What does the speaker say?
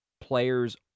players